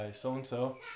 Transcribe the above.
so-and-so